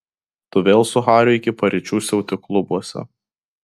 tu vėl su hariu iki paryčių siauti klubuose